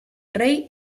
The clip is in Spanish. rey